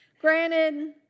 Granted